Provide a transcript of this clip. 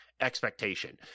expectation